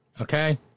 Okay